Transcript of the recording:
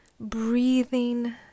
Breathing